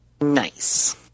Nice